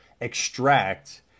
extract